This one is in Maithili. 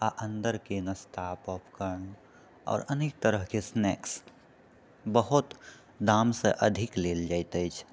आओर अन्दरके नाश्ता पॉपकोर्न आओर अनेक तरहकेँ स्नैक्स बहुत दामसँ अधिक लेल जाइत अछि